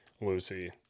Lucy